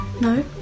No